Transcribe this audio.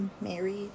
married